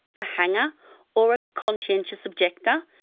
a hanger or a conscientious objector?